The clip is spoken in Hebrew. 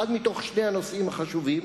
אחד משני הנושאים החשובים